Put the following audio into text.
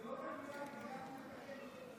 אני רק מתקן אותך.